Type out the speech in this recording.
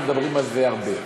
אנחנו מדברים על זה הרבה.